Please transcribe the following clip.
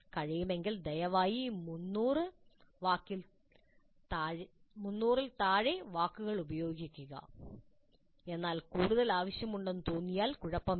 കഴിയുമെങ്കിൽ ദയവായി 300 ൽ താഴെ വാക്കുകൾ ഉപയോഗിക്കുക എന്നാൽ നിങ്ങൾക്ക് കൂടുതൽ ആവശ്യമുണ്ടെന്ന് തോന്നിയാൽ കുഴപ്പമില്ള